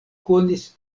konis